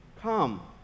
Come